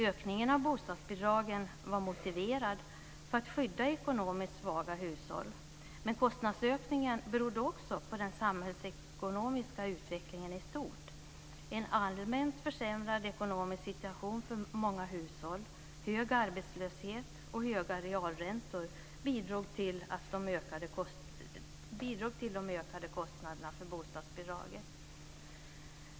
Ökningen av bostadsbidragen var motiverad för att skydda ekonomiskt svaga hushåll. Men kostnadsökningen berodde också på den samhällsekonomiska utvecklingen i stort. En allmänt försämrad ekonomisk situation för många hushåll, hög arbetslöshet och höga realräntor bidrog till de ökade kostnaderna för bostadsbidraget.